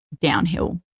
downhill